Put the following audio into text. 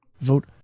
Vote